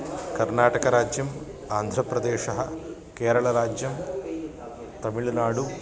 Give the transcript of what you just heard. कर्नाटकराज्यम् आन्ध्रप्रदेशः केरळराज्यं तमिळुनाडु